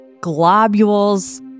globules